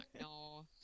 No